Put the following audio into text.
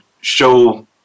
show